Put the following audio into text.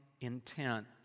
intent